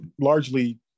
largely